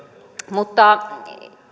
mutta